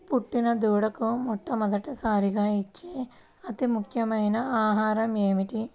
పుట్టిన దూడకు మొట్టమొదటిసారిగా ఇచ్చే అతి ముఖ్యమైన ఆహారము ఏంటి?